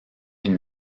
une